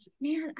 man